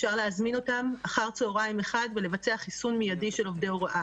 אפשר להזמין אותם אחר צוהריים אחד ולבצע חיסון מיידי של עובדי הוראה.